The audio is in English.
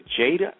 Jada